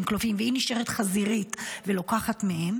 רווחים כלואים, היא נשארת חזירית ולוקחת מהם,